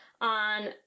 on